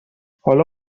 حالا